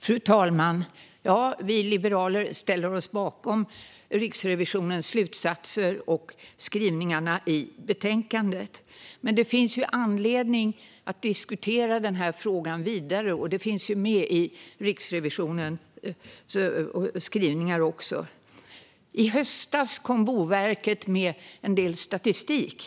Fru talman! Vi liberaler ställer oss bakom Riksrevisionens slutsatser och skrivningarna i betänkandet. Men det finns anledning att diskutera den här frågan vidare, och det finns också med i Riksrevisionens skrivningar. I höstas kom Boverket med en del statistik.